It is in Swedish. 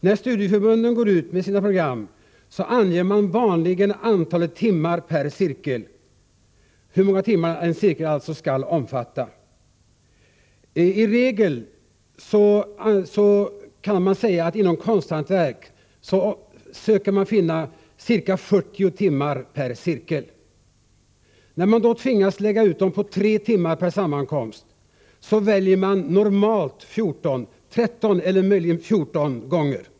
När studieförbunden går ut med sina program anger man vanligen hur många timmar en cirkel skall omfatta. Inom konsthantverk försöker man i regel ha ca 40 timmar per cirkel. När man då tvingas att lägga ut dessa på tre timmar per sammankomst, väljer man normalt 13 eller 14 gånger.